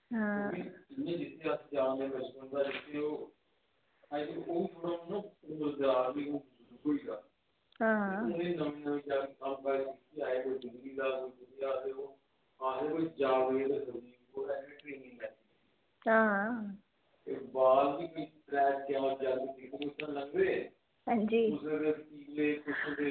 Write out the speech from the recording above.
हां हां हां अंजी